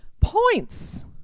points